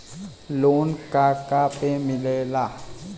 Loan का का पे मिलेला?